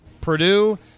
Purdue